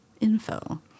info